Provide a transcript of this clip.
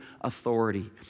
authority